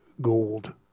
Gold